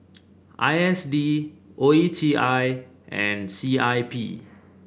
I S D O E T I and C I P